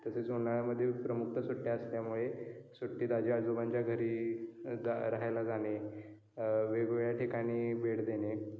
तसेच उन्हाळ्यामध्ये प्रमुखत सुट्ट्या असल्यामुळे सुट्टीत आजी आजोबांच्या घरी राहायला जाणे वेगवेगळ्या ठिकाणी भेट देणे